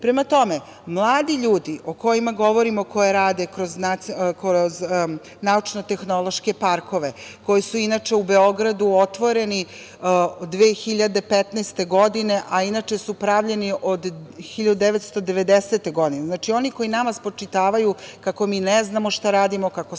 tome, mladi ljudi o kojima govorimo, koji rade kroz naučne tehnološke parkove, koji su inače u Beogradu otvoreni 2015. godine, a inače su pravljeni od 1990. godine, oni koji nama spočitavaju kako mi ne znamo šta radimo, kako smo